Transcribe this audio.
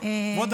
כבוד